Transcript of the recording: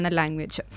language